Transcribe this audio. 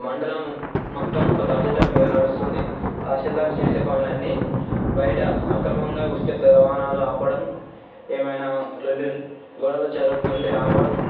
మండలం మొత్తం ఒక తహసీల్దార్ మీద నడుస్తుంది తహసీల్దార్ చేసే పనులన్నీ బయట అక్రమంగా ఇసుకతో రవాణాలు ఆపడం ఏమైనా లొల్లి గొడవలు జరుగుతుంటే ఆపడం